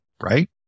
right